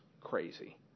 crazy